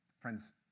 Friends